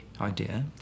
idea